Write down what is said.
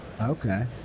okay